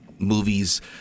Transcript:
movies